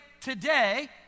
today